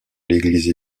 l’église